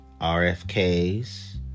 RFK's